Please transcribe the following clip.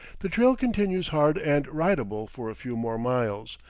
the trail continues hard and ridable for a few more miles,